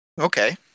Okay